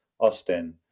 Austin